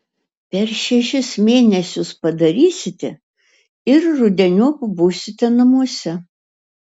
per šešis mėnesius padarysite ir rudeniop būsite namuose